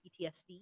PTSD